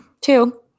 Two